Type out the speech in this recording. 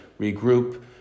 regroup